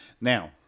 Now